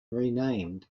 renamed